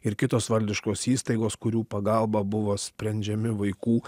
ir kitos valdiškos įstaigos kurių pagalba buvo sprendžiami vaikų